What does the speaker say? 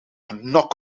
knock